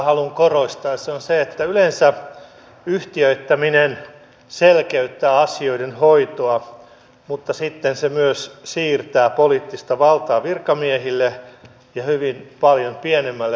se on se että yleensä yhtiöittäminen selkeyttää asioiden hoitoa mutta sitten se myös siirtää poliittista valtaa virkamiehille ja hyvin paljon pienemmälle vaikuttajapiirille